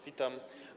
Witam.